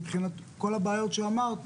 מבחינת כל הבעיות שאמרת,